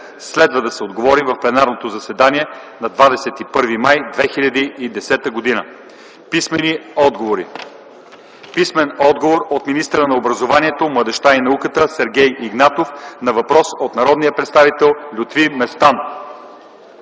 Следва да се отговори в пленарното заседание на 21 май 2010 г. Писмени отговори: - от министъра на образованието, младежта и науката Сергей Игнатов на въпрос от народния представител Лютви Местан;